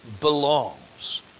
belongs